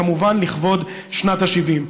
כמובן לכבוד שנת ה-70.